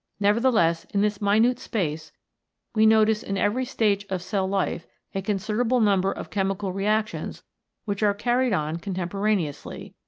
nevertheless, in this minute space we notice in every stage of cell life a considerable number of chemical reactions which are carried on contemporaneously,